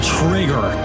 trigger